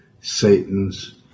Satan's